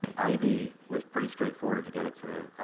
ivy was pretty straightforward to get it to